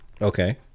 Okay